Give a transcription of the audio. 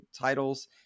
titles